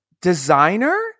designer